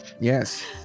yes